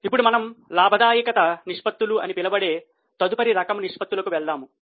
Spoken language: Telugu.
ఇప్పుడు మనము లాభదాయక నిష్పత్తులు అని పిలువబడే తదుపరి రకం నిష్పత్తులకు వెళ్తాము